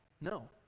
No